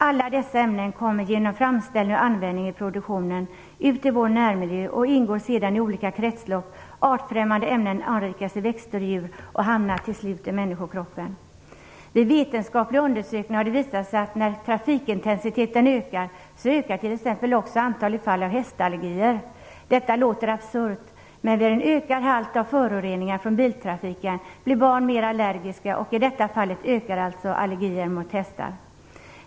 Alla dessa ämnen kommer genom framställning och användning i produktionen ut i vår närmiljö och ingår sedan i olika kretslopp. Artfrämmande ämnen anrikas i växter och djur och hamnar till slut i människokroppen. Vid vetenskapliga undersökningar har det visat sig att när trafikintensiteten ökar så ökar t.ex. också antalet fall av hästallergier. Detta låter absurt, men vid en ökad halt av föroreningar från biltrafiken blir barn mer allergiska, och i detta fallet ökar alltså allergier mot hästar.